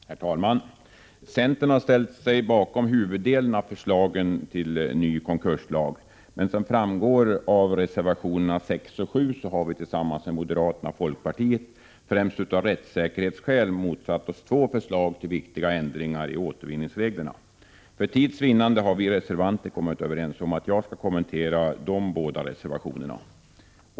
Herr talman! Centern har ställt sig bakom huvuddelen av förslagen till ny konkurslag. Men som framgår av reservationerna nr 6 och 7 har vi tillsammans med moderaterna och folkpartiet, främst av rättssäkerhetsskäl, motsatt oss två förslag till viktiga ändringar i återvinningsreglerna. För att vinna tid har vi reservanter kommit överens om att jag skall kommentera de båda reservationerna.